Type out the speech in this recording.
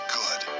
good